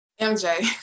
MJ